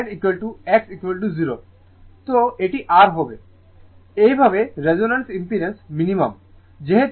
সুতরাং এটি R হবে এইভাবে রেজোন্যান্স ইম্পিডেন্স Z ন্যূনতম